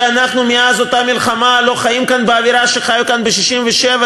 שאנחנו מאז אותה מלחמה לא חיים כאן באווירה שחיו כאן ב-67',